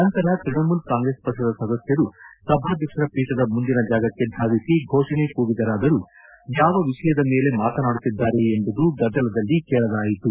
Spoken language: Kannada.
ನಂತರ ತ್ವಣಮೂಲ ಕಾಂಗ್ರೆಸ್ ಪಕ್ಷದ ಸದಸ್ನರೂ ಸಭಾಧ್ಯಕ್ಷರ ಪೀಠದ ಮುಂದಿನ ಜಾಗಕ್ಷೆ ಧಾವಿಸಿ ಘೋಷಣೆ ಕೂಗಿದರಾದರೂ ಯಾವ ವಿಷಯದ ಮೇಲೆ ಮಾತನಾಡುತ್ತಿದ್ದಾರೆ ಎಂಬುದು ಗದ್ದಲದಲ್ಲಿ ಕೇಳದಾಯಿತು